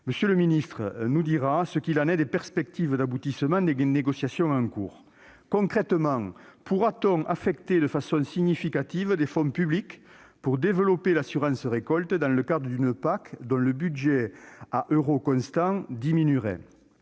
jour. M. le ministre nous dira ce qu'il en est des perspectives d'aboutissement des négociations en cours. Concrètement, pourra-t-on affecter de façon significative des fonds publics pour développer l'assurance récolte dans le cadre d'une PAC dont le budget à euro constant diminuerait ?